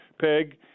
Peg